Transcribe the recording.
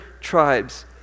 tribes